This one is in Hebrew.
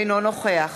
אינו נוכח